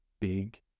big